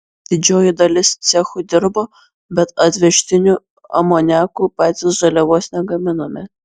didžioji dalis cechų dirbo bet atvežtiniu amoniaku patys žaliavos negaminome